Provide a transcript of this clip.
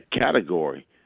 category